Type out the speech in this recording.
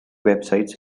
websites